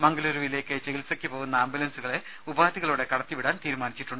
മംഗലൂരുവിലേക്ക് ചികിത്സക്ക് പോകുന്ന ആംബുലൻസുകളെ ഉപാധികളോടെ കടത്തിവിടാൻ തീരുമാനിച്ചു